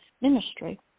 ministry